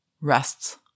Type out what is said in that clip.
rests